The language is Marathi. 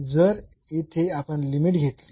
म्हणून जर येथे आपण लिमिट घेतली